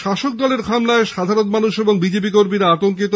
শাসক দলের হামলায় সাধারণ মানুষ ও বিজেপি কর্মীরা আতঙ্কিত